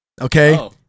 Okay